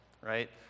right